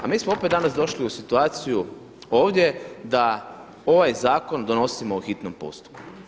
A mi smo opet danas došli u situaciju ovdje da ovaj zakon donosimo po hitnom postupku.